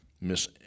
Miss